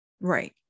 Right